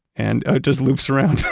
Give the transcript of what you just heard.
and it just loops around